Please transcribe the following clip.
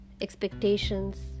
expectations